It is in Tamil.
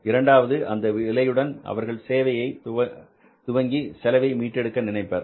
இரண்டாவது அந்த விலையுடன் அவர்கள் சேவையை துவங்கி செலவே மீட்டெடுக்க நினைப்பர்